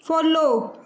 follow